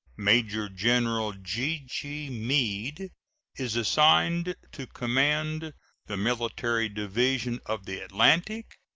major-general g g. meade is assigned to command the military division of the atlantic,